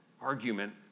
argument